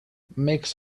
makes